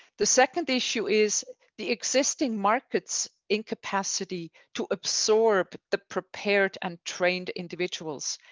the second issue is the existing markets in capacity to absorb the prepared and trained individuals,